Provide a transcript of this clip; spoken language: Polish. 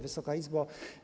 Wysoka Izbo!